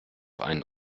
einen